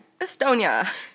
Estonia